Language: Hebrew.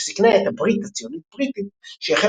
שסיכנה את הברית הציונית-בריטית שהחלה